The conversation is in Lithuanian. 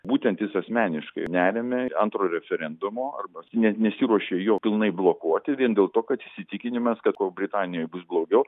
būtent jis asmeniškai neremia antro referendumo arba net nesiruošia jo pilnai blokuoti vien dėl to kad įsitikinimas kad kuo britanijoj bus blogiau